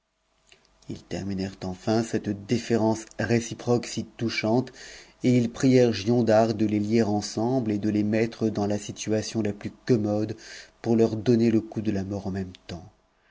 ils terminèrent enfin cette déférence réciproque si touchante et ils prièrent giondar de les lier ensemble et de les mettre dans la situation la plus commode pour leur donner le coup de la mort en même temps